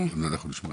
דיברנו,